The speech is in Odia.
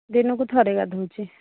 ଦିନକୁ ଥରେ ଗାଧୋଉଛି